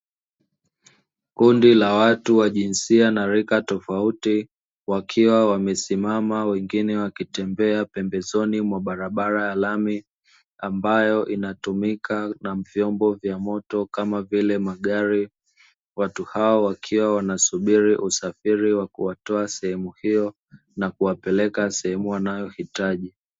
kundi la watu wa jinsiana rika tofauti wakiwa wamesimama wengine wakitembea pembezoni mwa barabara ya lami ambayo inatumika na vyombo vya moto kama vile magari, watu hao wakiwa wanasubiri usafiri wa kuwatoa sehemu hio na kuwapeleka sehemu wanayohitaji